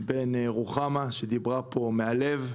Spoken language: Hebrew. שבין רוחמה, שדיברה פה מהלב,